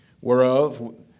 whereof